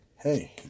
Hey